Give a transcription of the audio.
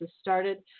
started